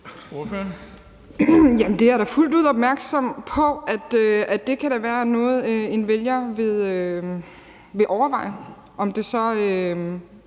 det er jeg da fuldt ud opmærksom på, altså at det kan være noget, en vælger vil overveje, i forhold